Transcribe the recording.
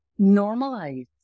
normalize